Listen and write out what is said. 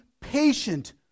patient